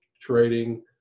trading